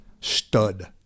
stud